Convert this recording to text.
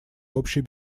общей